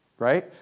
Right